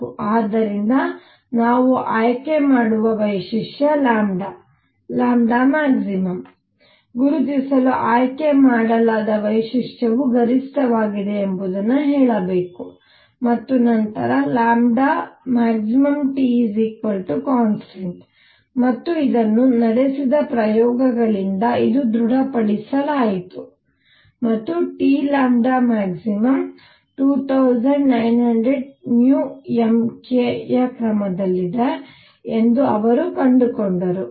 ಆದ್ದರಿಂದ ನಾವು ಆಯ್ಕೆ ಮಾಡುವ ವೈಶಿಷ್ಟ್ಯ max ಗುರುತಿಸಲು ಆಯ್ಕೆ ಮಾಡಲಾದ ವೈಶಿಷ್ಟ್ಯವು ಗರಿಷ್ಠವಾಗಿದೆ ಎಂಬುದನ್ನು ಹೇಳಬೇಕು ಮತ್ತು ನಂತರmaxTಕಾನ್ಸ್ಟಂಟ್ ಮತ್ತು ಇದನ್ನು ನಡೆಸಿದ ಪ್ರಯೋಗಗಳಿಂದ ಇದು ದೃಡ ಪಡಿಸಲಾಯಿತು ಮತ್ತು Tmax 2900 mK ಯ ಕ್ರಮದಲ್ಲಿದೆ ಎಂದು ಅವರು ಕಂಡುಕೊಂಡರು